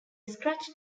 scratch